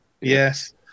Yes